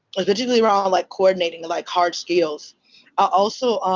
like particularly around like coordinating like hard skills. i also.